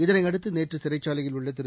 இதனையடுத்தநேற்றுசிறைச்சாலையில் உள்ளதிரு